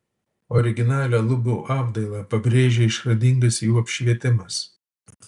originalią lubų apdailą pabrėžia išradingas jų apšvietimas